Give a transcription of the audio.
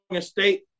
State